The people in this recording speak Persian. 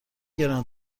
گران